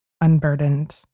unburdened